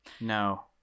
no